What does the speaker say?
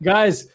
Guys